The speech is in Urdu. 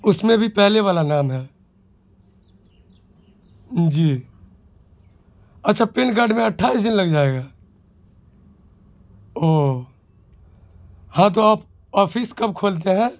اس میں بھی پہلے والا نام ہے جی اچھا پین کارڈ میں اٹھائیس دن لگ جائے گا اوہ ہاں تو آپ آفس کب کھولتے ہیں